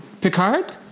Picard